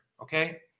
okay